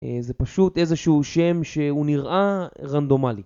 זה פשוט איזשהו שם שהוא נראה רנדומלי